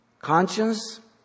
Conscience